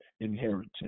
inheritance